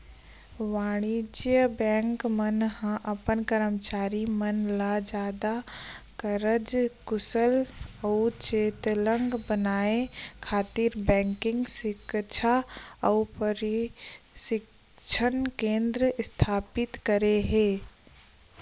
वाणिज्य बेंक मन ह अपन करमचारी मन ल जादा कारज कुसल अउ चेतलग बनाए खातिर बेंकिग सिक्छा अउ परसिक्छन केंद्र इस्थापित करे हे